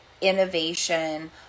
innovation